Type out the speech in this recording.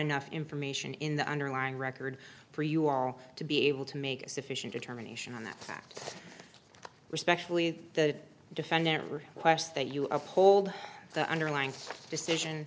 enough information in the underlying record for you all to be able to make a sufficient determination on that fact specially that defendant requests that you uphold the underlying decision